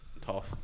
tough